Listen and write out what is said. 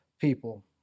people